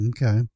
Okay